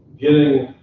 getting,